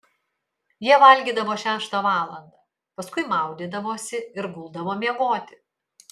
jie valgydavo šeštą valandą paskui maudydavosi ir guldavo miegoti